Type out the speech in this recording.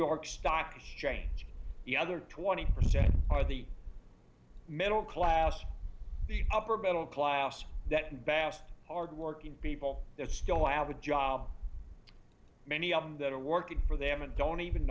york stock exchange the other twenty percent are the middle class the upper middle class that vast are working people that still have a job many of them that are working for them and don't even